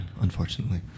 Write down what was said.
unfortunately